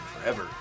forever